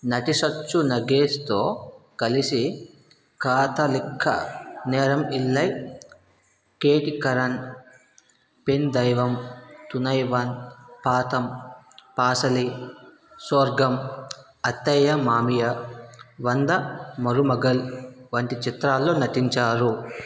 నటి సచ్చు నగేష్తో కలిసి కాథలిక్క నేరం ఇల్లై కేటికరన్ పెన్ దైవం తునైవన్ పాతమ్ పాశలి సోర్గం అతైయ్య మామియా వంద మరుమగల్ వంటి చిత్రాలలో నటించారు